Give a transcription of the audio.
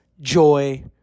joy